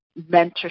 mentorship